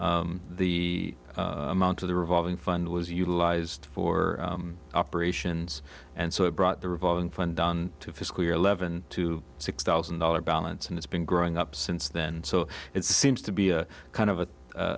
of the amount of the revolving fund was utilized for operations and so it brought the revolving fund on to physically or eleven to six thousand dollars balance and it's been growing up since then so it seems to be a kind of